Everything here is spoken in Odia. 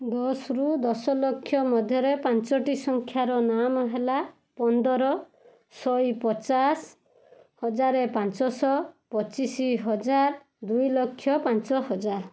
ଦଶରୁ ଦଶଲକ୍ଷ ମଧ୍ୟରେ ପାଞ୍ଚଟି ସଂଖ୍ୟାର ନାମହେଲା ପନ୍ଦର ଶହେପଚାଶ ହଜାର ପାଞ୍ଚଶହ ପଚିଶ ହଜାର ଦୁଇଲକ୍ଷ ପାଞ୍ଚହଜାର